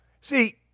See